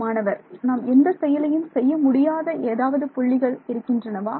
மாணவர் நாம் எந்த செயலையும் செய்ய முடியாத ஏதாவது புள்ளிகள் இருக்க இருக்கின்றனவா